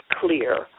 clear